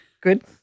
Good